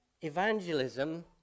Evangelism